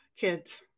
Kids